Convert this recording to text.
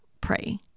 pray